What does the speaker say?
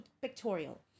pictorial